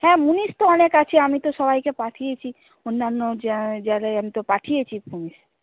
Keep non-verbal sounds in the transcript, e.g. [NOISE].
হ্যাঁ মুনিশ তো অনেক আছে আমি তো সবাইকে পাঠিয়েছি অন্যান্য [UNINTELLIGIBLE] যাদের আমি তো পাঠিয়েছি মুনিশ